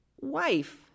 Wife